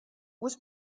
was